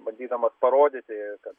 bandydamas parodyti kad